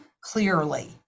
clearly